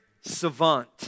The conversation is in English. savant